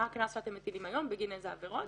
מה הקנס שאתם מטילים היום, בגין איזה עבירות,